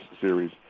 series